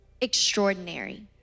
extraordinary